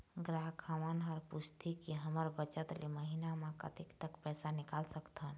ग्राहक हमन हर पूछथें की हमर बचत ले महीना मा कतेक तक पैसा निकाल सकथन?